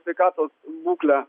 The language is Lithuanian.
sveikatos būklę